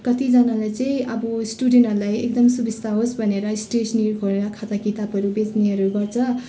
कतिजनाले चाहिँ अब स्टुडेन्टहरूलाई एकदम सुबिस्ता होस् भनेर स्टेसनरी खोलेर खाता किताबहरू बेच्नेहरू गर्छ